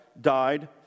died